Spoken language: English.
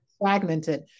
fragmented